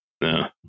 No